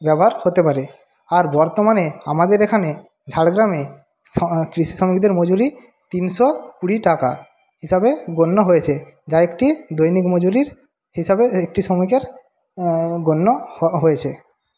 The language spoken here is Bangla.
ব্যবহার হতে পারে আর বর্তমানে আমাদের এখানে ঝাড়গ্রামে কৃষি শ্রমিকদের মজুরি তিনশো কুড়ি টাকা হিসাবে গণ্য হয়েছে যা একটি দৈনিক মজুরির হিসাবে একটি শ্রমিকের গণ্য হ হয়েছে